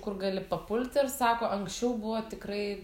kur gali papulti ir sako anksčiau buvo tikrai